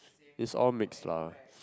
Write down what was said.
it's all mixed lah